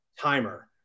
TIMER